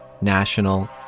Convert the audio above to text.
national